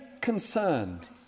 concerned